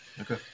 okay